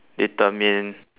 determine